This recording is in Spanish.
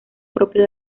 propio